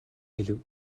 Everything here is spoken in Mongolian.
хэлэв